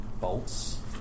bolts